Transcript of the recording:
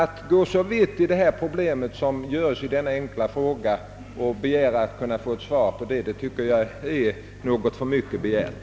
Att gå så djupt in i problemet som herr Westberg gör i denna enkla fråga och sedan begära ett svar, det tycker jag är för mycket begärt.